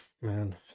man